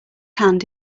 hand